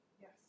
Yes